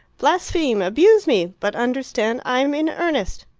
blaspheme! abuse me! but understand, i'm in earnest.